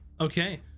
Okay